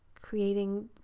creating